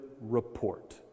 report